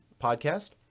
podcast